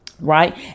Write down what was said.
right